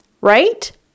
right